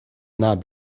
not